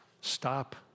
stop